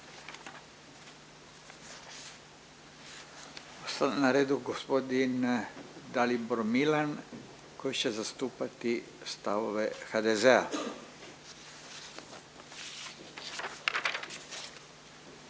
na redu g. Dalibor Milan koji će zastupati stavove HDZ-a.